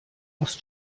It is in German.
aus